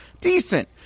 decent